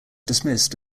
dismissed